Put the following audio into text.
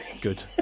good